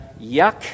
yuck